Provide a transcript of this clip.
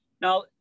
Now